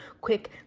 quick